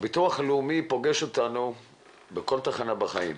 הביטוח הלאומי פוגש אותנו בכל תחנה בחיים.